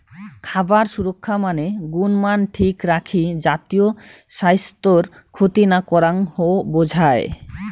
খাবার সুরক্ষা মানে গুণমান ঠিক রাখি জাতীয় স্বাইস্থ্যর ক্ষতি না করাং ও বুঝায়